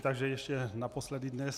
Takže ještě naposledy dnes.